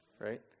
Right